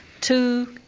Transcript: two